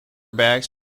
bags